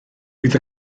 bydd